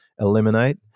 eliminate